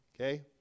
Okay